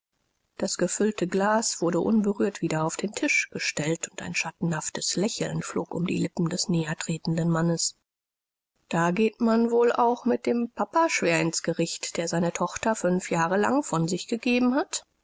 das gefüllte glas wurde unberührt wieder auf den tisch gestellt und ein schattenhaftes lächeln flog um die lippen des nähertretenden mannes da geht man wohl auch mit dem papa schwer ins gericht der seine tochter fünf jahre lang von sich gegeben hat